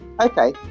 Okay